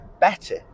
better